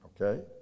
Okay